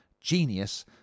Genius